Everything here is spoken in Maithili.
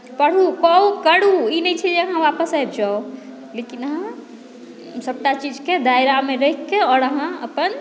पढ़ू करू ई नहि छै जे अहाँ वापस आबि जाउ लेकिन अहाँ सभटा चीजके दायरामे रहिके आओर अहाँ अपन